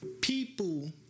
People